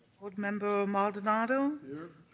board member maldonado. here.